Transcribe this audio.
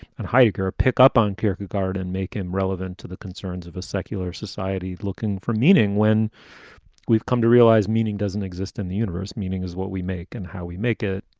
and heidegger pick up on kirkegaard and make him relevant to the concerns of a secular society looking for meaning when we've come to realize meaning doesn't exist in the universe. meaning is what we make and how we make it,